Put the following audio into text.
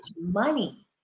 money